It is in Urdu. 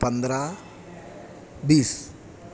پندرہ بیس